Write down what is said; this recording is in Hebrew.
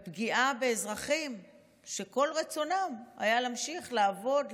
פגיעה באזרחים שכל רצונם היה להמשיך לעבוד,